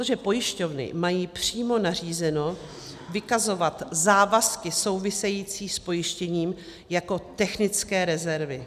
Protože pojišťovny mají přímo nařízeno vykazovat závazky související s pojištěním jako technické rezervy.